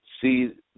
see